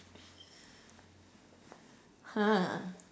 !huh!